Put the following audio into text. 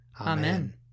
Amen